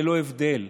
ללא הבדל.